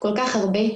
כל כך הרבה,